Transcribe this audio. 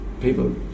people